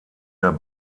der